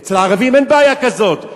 אצל הערבים אין בעיה כזאת.